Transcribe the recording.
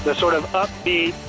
but sort of upbeat,